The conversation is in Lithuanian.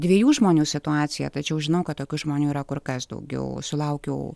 dviejų žmonių situaciją tačiau žinau kad tokių žmonių yra kur kas daugiau sulaukiau